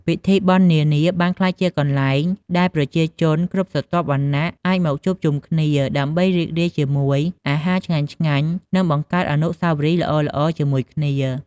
ពិធីបុណ្យនានាបានក្លាយជាកន្លែងដែលប្រជាជនគ្រប់ស្រទាប់វណ្ណៈអាចមកជួបជុំគ្នា ដើម្បីរីករាយជាមួយអាហារឆ្ងាញ់ៗ និងបង្កើតអនុស្សាវរីយ៍ល្អៗជាមួយគ្នា។